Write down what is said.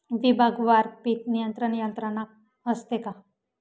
विभागवार पीक नियंत्रण यंत्रणा असते का?